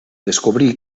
descobrí